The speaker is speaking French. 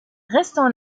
restant